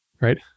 right